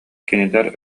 кинилэр